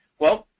well,